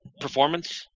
performance